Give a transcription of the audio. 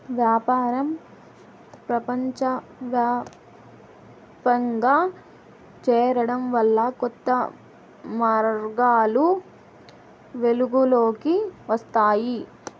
వ్యాపారం ప్రపంచవ్యాప్తంగా చేరడం వల్ల కొత్త మార్గాలు వెలుగులోకి వస్తాయి